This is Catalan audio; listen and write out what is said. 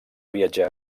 viatjar